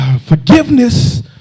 Forgiveness